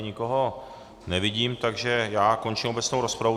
Nikoho nevidím, takže končím obecnou rozpravu.